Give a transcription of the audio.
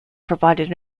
provided